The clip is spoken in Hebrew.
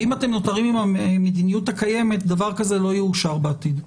ואם אתם נותרים עם המדיניות הקיימת דבר כזה לא יאושר בעתיד.